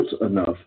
enough